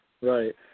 right